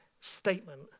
statement